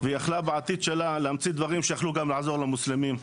ויכלה בעתיד שלה להמציא דברים שיכלו לעזור גם למוסלמים,